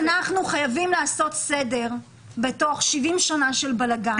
אנחנו חייבים לעשות סדר ב-70 שנה של בלגן,